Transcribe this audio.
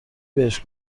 بهش